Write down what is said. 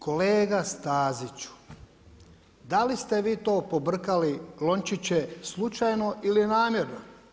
Kolega Staziću, da li ste vi to pobrkali lončiće slučajno ili namjerno?